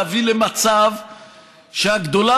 להביא למצב שהגדולה